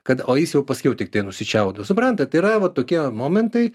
kad o jis jau paskiau tiktai nusičiaudo suprantat yra vat tokie momentai